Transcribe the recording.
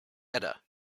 edda